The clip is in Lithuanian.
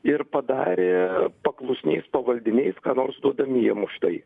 ir padarė paklusniais pavaldiniais ką nors duodami jiem už tai